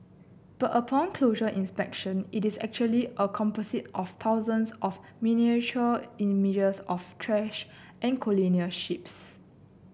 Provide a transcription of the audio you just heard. but upon closer inspection it is actually a composite of thousands of miniature images of trash and colonial ships